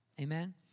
Amen